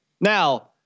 Now